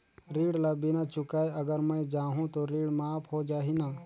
ऋण ला बिना चुकाय अगर मै जाहूं तो ऋण माफ हो जाही न?